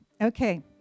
Okay